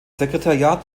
sekretariat